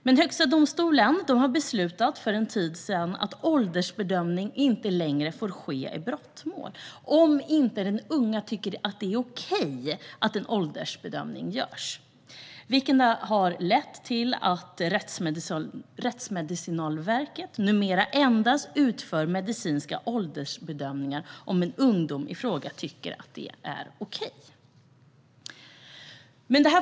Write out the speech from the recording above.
Men Högsta domstolen beslutade för en tid sedan att åldersbedömning inte längre får ske i brottmål om inte den unga tycker att det är okej att en åldersbedömning görs. Det har lett till att Rättsmedicinalverket numera endast utför medicinska åldersbedömningar om den unga i fråga tycker att det är okej.